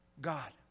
God